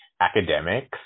academics